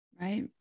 Right